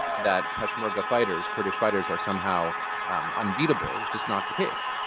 that peshmerga fighters, kurdish fighters, are somehow unbeatable was just not the case.